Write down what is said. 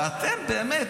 ואתם באמת,